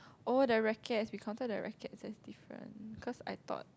oh the rackets we counted the rackets as different cause I thought